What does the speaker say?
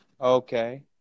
Okay